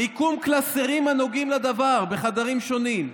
ומיקום קלסרים הנוגעים לדבר בחדרים שונים.